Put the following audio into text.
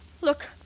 Look